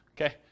Okay